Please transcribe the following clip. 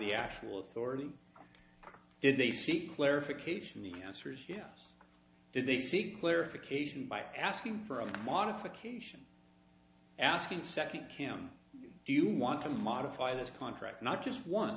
the actual authority did they seek clarification the answer is yes did they seek clarification by asking for a modification asking second kim do you want to modify this contract not just on